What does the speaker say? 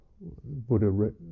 Buddha